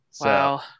Wow